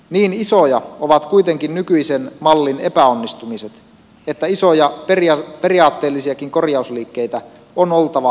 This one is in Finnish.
niin isoja ovat kuitenkin nykyisen mallin epäonnistumiset että isoja periaatteellisiakin korjausliikkeitä on oltava valmius tehdä